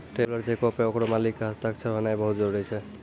traveller चेको पे ओकरो मालिक के हस्ताक्षर होनाय बहुते जरुरी छै